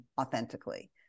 authentically